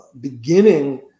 beginning